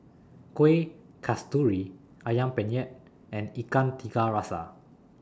Kueh Kasturi Ayam Penyet and Ikan Tiga Rasa